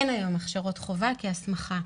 אין היום הכשרות חובה כהסמכה.